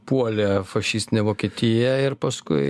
puolė fašistinė vokietija ir paskui